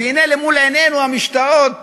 והנה, למול עינינו המשתאות